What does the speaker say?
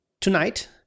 tonight